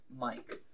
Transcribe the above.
Mike